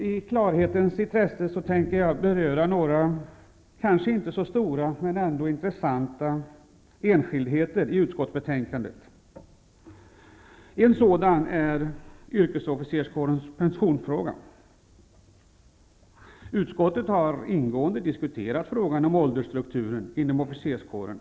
I klarhetens intresse tänkte jag beröra några kanske inte så stora men ändå intressanta enskildheter i utskottsbetänkandet. En sådan är pensionsfrågan för yrkesofficerskåren. Utskottet har ingående diskuterat frågan om åldersstrukturen inom officerskåren.